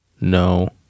No